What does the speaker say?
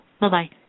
Bye-bye